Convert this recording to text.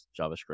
JavaScript